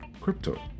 crypto